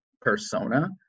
persona